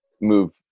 move